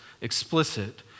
explicit